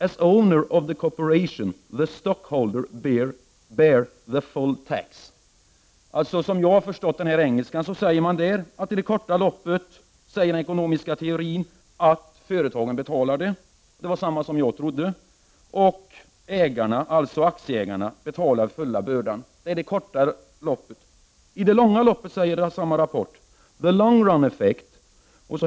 —-—-—- As owners of the corporation, the stockholders bear the full tax ———.” Som jag har tolkat detta menar man att kortsiktigt säger den ekonomiska teorin att företagen betalar — det är alltså vad jag trodde — och ägarna, aktieägarna, bär hela bördan. Långsiktigt säger man i samma rapport: ”The long-run effects ———-.